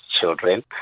children